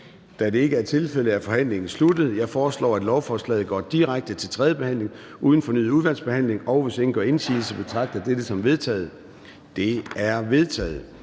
Da det ikke er tilfældet, er forhandlingen sluttet. Jeg foreslår, at lovforslaget går direkte til tredje behandling uden fornyet udvalgsbehandling, og hvis ingen gør indsigelse, betragter jeg dette som vedtaget. Det er vedtaget.